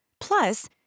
Plus